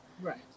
Right